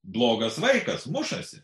blogas vaikas mušasi